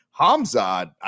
Hamzad